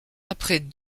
après